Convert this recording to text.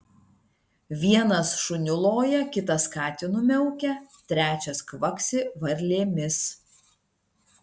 vienas šuniu loja kitas katinu miaukia trečias kvaksi varlėmis